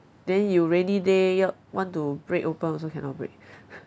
then you rainy day you want to break open also cannot break